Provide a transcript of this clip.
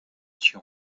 tian